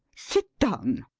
sit down.